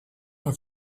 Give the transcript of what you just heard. have